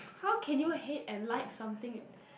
how can you hate and like something